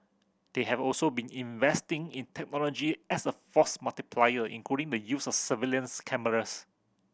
they have also been investing in technology as a force multiplier including the use of surveillance cameras